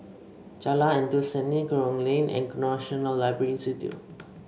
Jalan Endut Senin Kerong Lane and National Library Institute